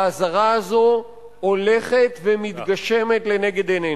האזהרה הזאת הולכת ומתגשמת לנגד עינינו.